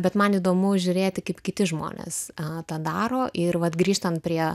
bet man įdomu žiūrėti kaip kiti žmonės tą daro ir vat grįžtant prie